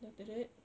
then after that